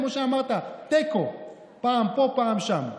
כמו שאמרת, תיקו: פעם פה, פעם שם.